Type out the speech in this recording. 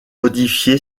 modifié